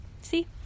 See